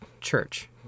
church